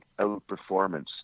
outperformance